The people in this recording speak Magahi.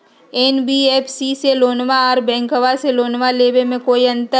एन.बी.एफ.सी से लोनमा आर बैंकबा से लोनमा ले बे में कोइ अंतर?